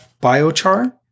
biochar